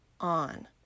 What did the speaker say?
on